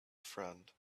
friend